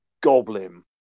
Goblin